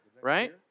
Right